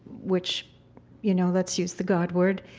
which you know let's use the god word.